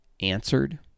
answered